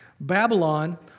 Babylon